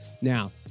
Now